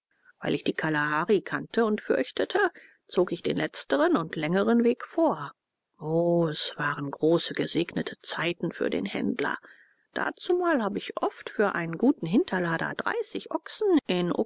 weil ich die kalahari kannte und fürchtete zog ich den letzteren und längeren weg vor o es waren große gesegnete zeiten für den händler dazumal habe ich oft für einen guten hinterlader dreißig ochsen